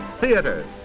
theaters